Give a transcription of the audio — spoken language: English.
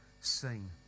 seen